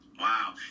Wow